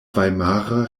vajmara